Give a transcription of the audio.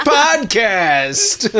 podcast